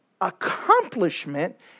accomplishment